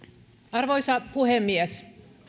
arvoisa puhemies